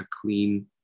clean